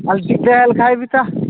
ଆଲ ଚିକ୍ରେ ହେଲେ ଖା ଏବ ତା